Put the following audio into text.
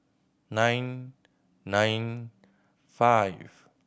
nine nine five